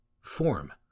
form